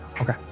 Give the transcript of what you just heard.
Okay